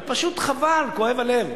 זה פשוט חבל, כואב הלב.